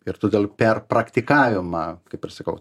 ir todėl per praktikavimą kaip ir sakau